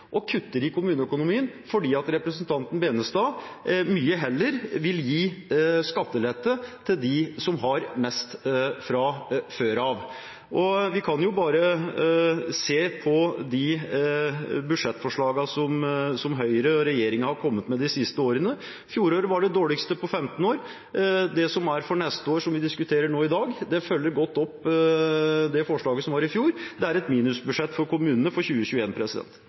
og kutter i kommuneøkonomien fordi representanten Benestad mye heller vil gi skattelette til dem som har mest fra før av. Vi kan jo bare se på de budsjettforslagene som Høyre og regjeringen har kommet med de siste årene. Fjoråret var det dårligste på 15 år, og det som er for neste år, som vi diskuterer i dag, følger godt opp det forslaget som var i fjor: Det er et minusbudsjett for kommunene for